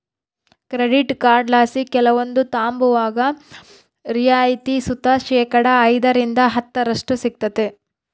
credit ಕಾರ್ಡ್ಲಾಸಿ ಕೆಲವೊಂದು ತಾಂಬುವಾಗ ರಿಯಾಯಿತಿ ಸುತ ಶೇಕಡಾ ಐದರಿಂದ ಹತ್ತರಷ್ಟು ಸಿಗ್ತತೆ